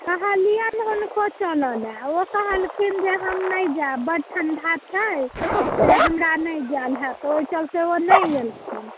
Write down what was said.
कहलिअनि हुनको चलऽ लऽ ओ कहलखिन जे हम नहि जायब बड ठण्डा छै से हमरा नहि जायल होयत ओहि चलते ओ नहि एलखिन